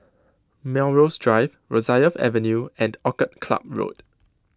Melrose Drive Rosyth Avenue and Orchid Club Road